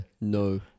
no